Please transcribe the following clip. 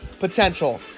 Potential